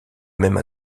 même